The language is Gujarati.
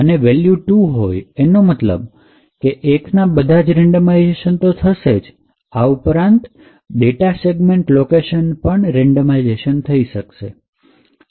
અને વેલ્યુ ૨ હોય એનો મતલબ કે ૧ ના બધા જ રેન્ડમાઇઝેશન થશે અને એની સાથે સાથે ડેટા સેગમેંટ location પણ રેન્ડમાઇઝેશન થશે